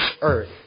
earth